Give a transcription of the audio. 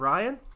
Ryan